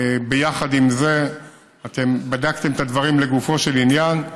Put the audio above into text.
ויחד עם זה בדקתם את הדברים לגופו של עניין,